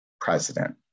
President